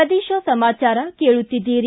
ಪ್ರದೇಶ ಸಮಾಚಾರ ಕೇಳುತ್ತೀದ್ದಿರಿ